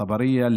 טאברייה,